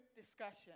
discussion